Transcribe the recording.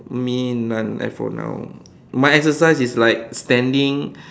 me none as for now my exercise is like standing